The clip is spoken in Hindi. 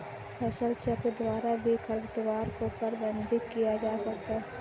फसलचक्र द्वारा भी खरपतवार को प्रबंधित किया जा सकता है